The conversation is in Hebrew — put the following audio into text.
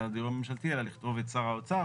הדיור הממשלתי אלא לכתוב את שר האוצר.